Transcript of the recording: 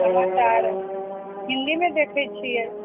समाचार हिंदीमे देखैत छियै